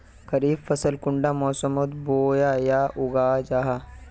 खरीफ फसल कुंडा मोसमोत बोई या उगाहा जाहा?